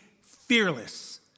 fearless